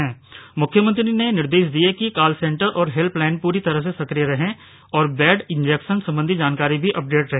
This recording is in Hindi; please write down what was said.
मुख्यमंत्री ने निर्देश दिए कि कॉलसेंटर और हेल्पलाईन पूरी तरह से सक्रिय रहें और बेड इंजेक्शन सम्बंधी जानकारी भी अपडेट रहे